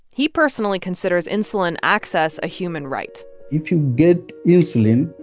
he personally considers insulin access a human right if you get insulin,